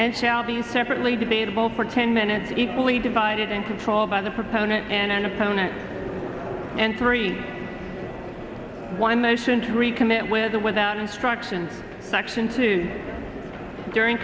and shall be separately debatable for ten minutes equally divided in control by the proponent and an opponent and three one motion to recommit with or without instruction section two during